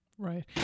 Right